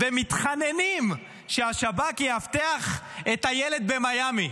ומתחננים ששב"כ יאבטח את הילד במיאמי.